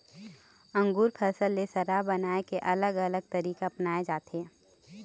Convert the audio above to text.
अंगुर फसल ले शराब बनाए के अलग अलग तरीका अपनाए जाथे